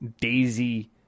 Daisy